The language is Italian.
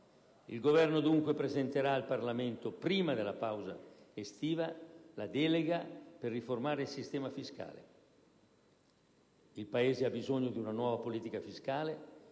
Il Governo, dunque, presenterà al Parlamento, prima della pausa estiva, la delega per riformare il sistema fiscale. Il Paese ha bisogno di una nuova politica fiscale